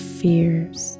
fears